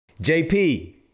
JP